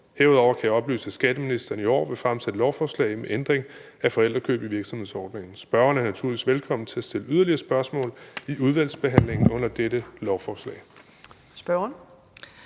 Herudover kan jeg oplyse, at skatteministeren i år vil fremsætte lovforslag med ændring af forældrekøb i virksomhedsordningen. Spørgeren er naturligvis velkommen til at stille yderligere spørgsmål i udvalgsbehandlingen under dette lovforslag.